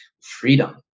freedom